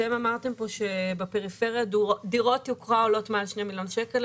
אתם אמרתם פה שבפריפריה דירות יוקרה עולות מעל 2 מיליון שקל,